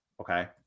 Okay